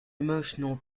emotional